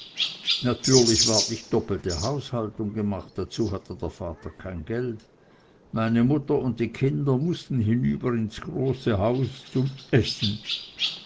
natürlich ward nicht doppelte haushaltung gemacht dazu hatte der vater kein geld meine mutter und die kinder mußten hinüber ins große haus zum essen